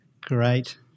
Great